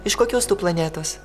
iš kokios tu planetos